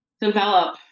develop